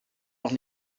doch